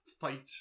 fight